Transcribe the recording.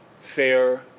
fair